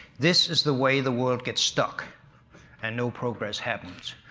this is the way the world gets stuck and no progress happens,